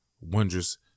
wondrous